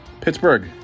Pittsburgh